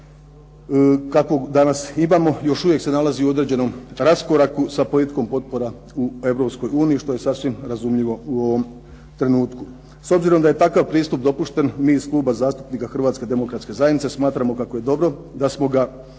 kakvog danas imamo još uvijek se nalazi u određenom raskoraku sa politikom potpora u Europskoj uniji, što je sasvim razumljivo u ovom trenutku. S obzirom da je takav pristup dopušten, mi iz Kluba zastupnika Hrvatske demokratske zajednice, smatramo kako je dobro da smo ga